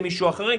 למישהו אחרי,